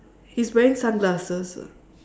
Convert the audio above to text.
he's wearing sunglasses ah